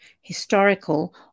historical